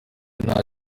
nta